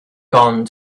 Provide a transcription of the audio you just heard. gone